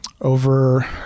over